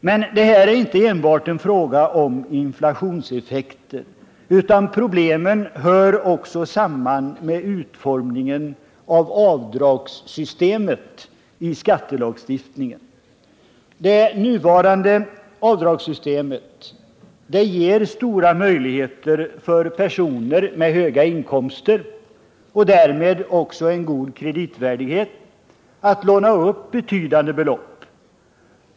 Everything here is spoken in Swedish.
Men det här är inte enbart en fråga om inflationseffekter, utan problemen hör också samman med utformningen av avdragssystemet i skattelagstiftningen. Det nuvarande avdragssystemet ger stora möjligheter för personer med goda inkomster och därmed också en god kreditvärdighet att låna upp betydande belopp.